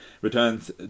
returns